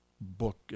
book